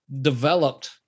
developed